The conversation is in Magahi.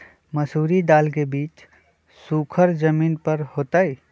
मसूरी दाल के बीज सुखर जमीन पर होतई?